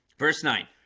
verse nine,